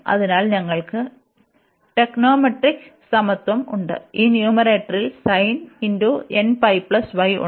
അതിനാൽ ഞങ്ങൾക്ക് ടെക്നോമാട്രിക് സമത്വം ഉണ്ട് ഈ ന്യൂമറേറ്ററിൽ ഉണ്ട്